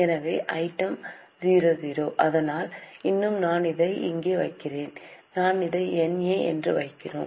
எனவே ஐட்டம் 000 ஆனால் இன்னும் நான் அதை இங்கே வைத்திருக்கிறேன் நாம் அதை NA என வைக்கிறோம்